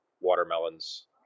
watermelons